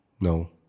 No